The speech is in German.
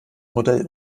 modell